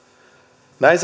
näin